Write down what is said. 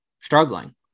struggling